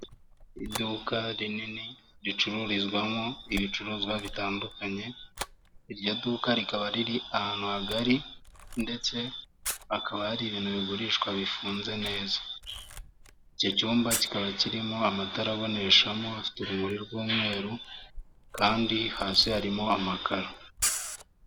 Iduka rinini ricururizwamo ibicuruzwa bitandukanye, iryo duka rikaba riri ahantu hagari ndetse hakaba hari ibintu bigurishwa bifunze, icyo cyumba kikaba kirimo amatara aboneshamo afite urumuri rw'umweru kandi hasi harimo amakaro.